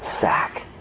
sack